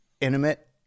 intimate